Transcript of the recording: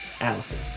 Allison